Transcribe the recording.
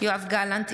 יואב גלנט,